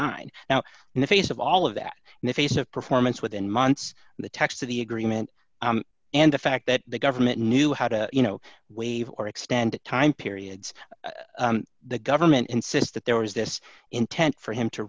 nine now in the face of all of that in the face of performance within months the text of the agreement and the fact that the government knew how to you know wave or extended time periods the government insists that there was this intent for him to